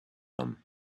them